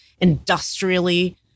industrially